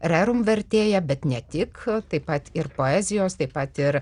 rerum vertėja bet ne tik taip pat ir poezijos taip pat ir